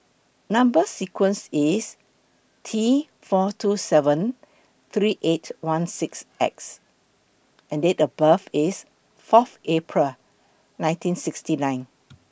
Number sequence IS T four two seven three eight one six X and Date of birth IS Fourth April nineteen sixty nine